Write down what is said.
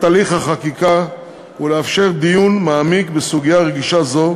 הליך החקיקה ולאפשר דיון מעמיק בסוגיה רגישה זו,